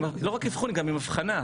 לא רק אבחון גם עם אבחנה.